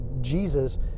Jesus